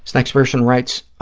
next person writes,